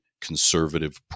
conservative